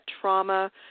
trauma